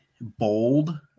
bold